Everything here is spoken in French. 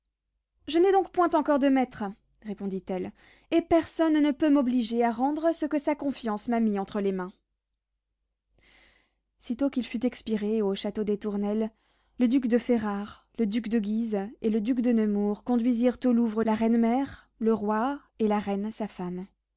je n'ai donc point encore de maître répondit-elle et personne ne peut m'obliger à rendre ce que sa confiance m'a mis entre les mains sitôt qu'il fut expiré au château des tournelles le duc de ferrare le duc de guise et le duc de nemours conduisirent au louvre la reine mère le roi et la reine sa femme